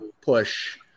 push